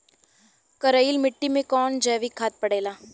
करइल मिट्टी में कवन जैविक खाद पड़ेला?